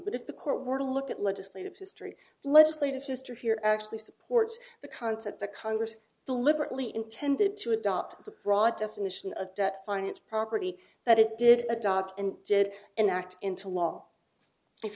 but if the court were to look at legislative history legislative history here actually supports the concept the congress the liberally intended to adopt the broad definition of finance property that it did adopt and did an act into law if